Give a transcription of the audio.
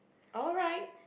alright